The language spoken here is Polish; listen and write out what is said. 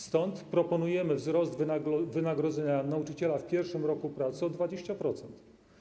Stąd proponujemy wzrost wynagrodzenia nauczyciela w pierwszym roku pracy o 20%.